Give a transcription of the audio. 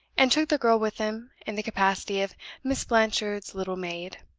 and took the girl with them in the capacity of miss blanchard's little maid.